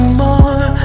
more